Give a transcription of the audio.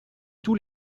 tous